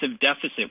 deficit